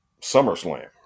SummerSlam